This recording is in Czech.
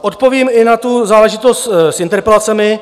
Odpovím i na tu záležitost s interpelacemi.